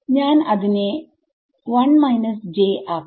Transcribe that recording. ഞാൻ അതിനെ 1 j ആക്കും